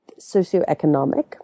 socioeconomic